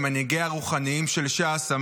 ממנהיגיה הרוחניים של ש"ס,